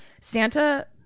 Santa